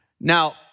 Now